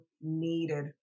needed